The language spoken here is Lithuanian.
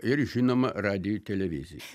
ir žinoma radiju televizija